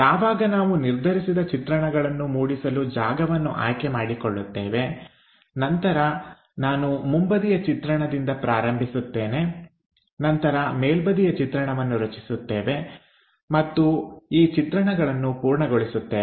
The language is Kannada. ಯಾವಾಗ ನಾವು ನಿರ್ಧರಿಸಿದ ಚಿತ್ರಣಗಳನ್ನು ಮೂಡಿಸಲು ಜಾಗವನ್ನು ಆಯ್ಕೆ ಮಾಡಿಕೊಳ್ಳುತ್ತೇವೆ ನಂತರ ನಾನು ಮುಂಬದಿಯ ಚಿತ್ರಣದಿಂದ ಪ್ರಾರಂಭಿಸುತ್ತೇವೆ ನಂತರ ಮೇಲ್ಬದಿಯ ಚಿತ್ರಣವನ್ನು ರಚಿಸುತ್ತೇವೆ ಮತ್ತು ಈ ಚಿತ್ರಣಗಳನ್ನು ಪೂರ್ಣಗೊಳಿಸುತ್ತೇವೆ